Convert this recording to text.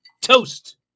toast